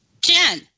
Jen